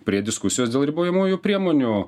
prie diskusijos dėl ribojamųjų priemonių